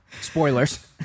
Spoilers